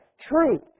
Truth